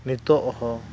ᱱᱤᱛᱳᱜ ᱦᱚᱸ